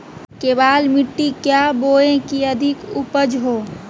केबाल मिट्टी क्या बोए की अधिक उपज हो?